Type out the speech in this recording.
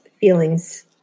feelings